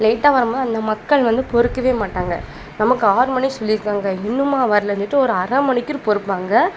லேட்டாக வரும்மோது அந்த மக்கள் வந்து பொறுக்கவே மாட்டாங்கள் நமக்கு ஆறு மணி சொல்லியிருக்காங்க இன்னுமா வரலன்னுட்டு ஒரு அரைமணிக்கிரு பொறுப்பாங்கள்